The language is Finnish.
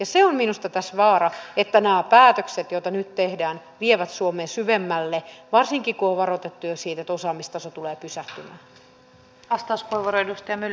se on minusta tässä vaara että nämä päätökset joita nyt tehdään vievät suomea syvemmälle varsinkin kun on varoitettu jo siitä että osaamistaso tulee pysähtymään